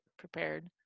prepared